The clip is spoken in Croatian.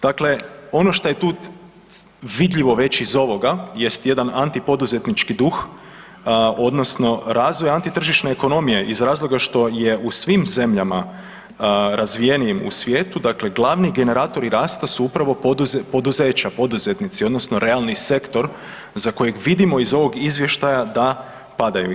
Dakle, ono šta je tu vidljivo već iz ovoga jest jedan antipoduzetnički duh odnosno razvoj antitržišne ekonomije iz razloga što je su svim zemljama razvijenim u svijetu, dakle glavni generatori rasta su upravo poduzeća, poduzetnici odnosno realni sektor za kojeg vidimo iz ovog izvještaja da padaju.